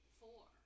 four